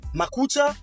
makucha